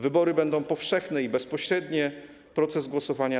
Wybory będą powszechne i bezpośrednie, proces głosowania